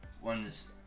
one's